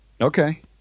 Okay